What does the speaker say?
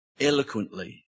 eloquently